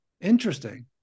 Interesting